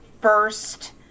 first